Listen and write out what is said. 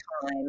time